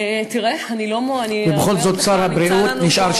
תראה, אני לא, ובכל זאת שר הבריאות נשאר שקט.